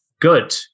Good